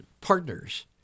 partners